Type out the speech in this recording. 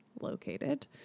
located